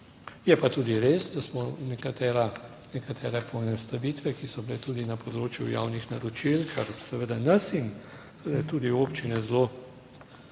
Je pa tudi res, da smo nekatere poenostavitve, ki so bile tudi na področju javnih naročil, kar seveda nas in tudi občine zelo,